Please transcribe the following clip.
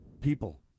people